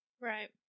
Right